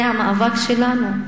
זה המאבק שלנו.